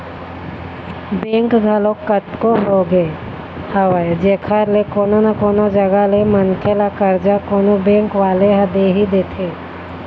bank घलोक कतको होगे हवय जेखर ले कोनो न कोनो जघा ले मनखे ल करजा कोनो बेंक वाले ह दे ही देथे